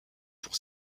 pour